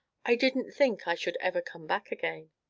i didn't think i should ever come back again.